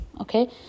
okay